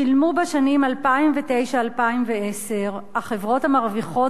שילמו בשנים 2009 2010 החברות המרוויחות